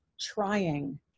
trying